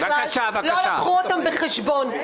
לא לקחו אותן בחשבון.